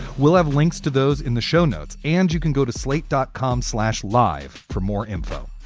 we'll have links to those in the show notes and you can go to slate dot com slash live for more info